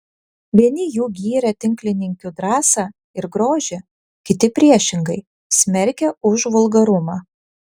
vieni jų gyrė tinklininkių drąsą ir grožį kiti priešingai smerkė už vulgarumą